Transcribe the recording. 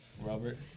Robert